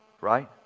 right